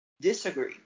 disagree